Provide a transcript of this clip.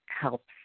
helps